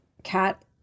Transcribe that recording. cat